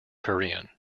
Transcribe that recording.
korean